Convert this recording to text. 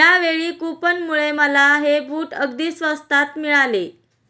यावेळी कूपनमुळे मला हे बूट अगदी स्वस्तात मिळाले